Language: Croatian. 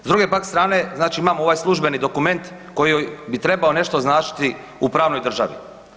S druge strane pa, znači imamo ovaj službeni dokument koji bi trebao nešto značiti u pravnoj državi.